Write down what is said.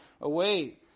away